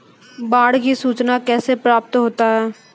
बाढ की सुचना कैसे प्राप्त होता हैं?